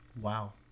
Wow